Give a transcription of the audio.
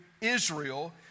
Israel